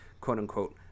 quote-unquote